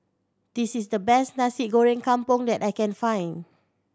this is the best Nasi Goreng Kampung that I can find